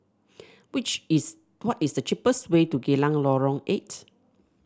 which is what is the cheapest way to Geylang Lorong Eight